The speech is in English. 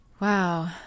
Wow